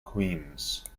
queens